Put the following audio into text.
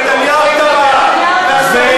נתניהו הצביע בעד ההתנתקות.